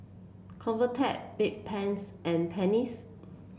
Convatec Bedpans and Pansy